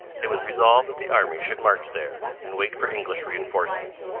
it was resolved that the army should march there, and wait for english re-enforcements.